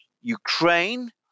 Ukraine